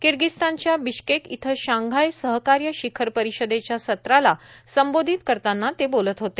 किर्गिस्तानच्या Bishkek इथं Shanghai सहकार्य शिखर परिषदेच्या सत्राला संबोधित करताना ते बोलत होते